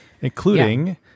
including